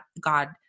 God